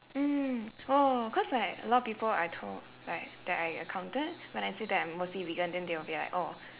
mm oh cause like a lot of people I talk like that I encountered when I say that I'm mostly vegan then they would be like oh